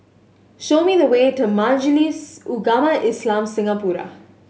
show me the way to Majlis Ugama Islam Singapura